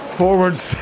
forwards